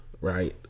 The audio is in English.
right